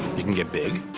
you can get big,